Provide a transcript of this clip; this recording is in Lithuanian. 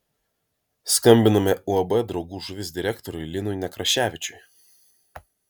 skambiname uab draugų žuvis direktoriui linui nekraševičiui